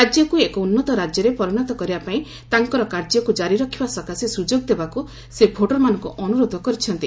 ରାଜ୍ୟକୁ ଏକ ଉନ୍ନତ ରାଜ୍ୟରେ ପରିଣତ କରିବା ପାଇଁ ତାଙ୍କର କାର୍ଯ୍ୟକୁ ଜାରି ରଖିବା ସକାଶେ ସୁଯୋଗ ଦେବାକୁ ସେ ଭୋଟରମାନଙ୍କୁ ଅନୁରୋଧ କରିଛନ୍ତି